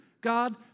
God